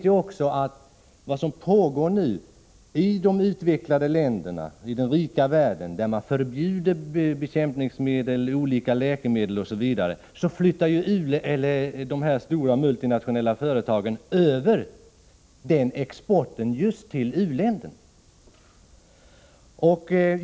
Vad som pågår nu i de utvecklade länderna i den rika världen är att när man förbjuder bekämpningsmedel, olika läkemedel osv. så flyttar de stora multinationella företagen över denna export just till u-länderna. Herr talman!